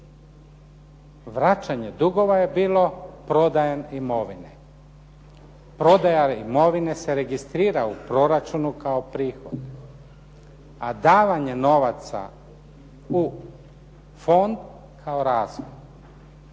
Vraćanje dugova je bilo prodajom imovine. Prodaja imovine se registrira u proračunu kao prihod a davanje novaca u fond kao